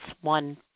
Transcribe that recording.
one